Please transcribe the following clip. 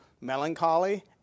melancholy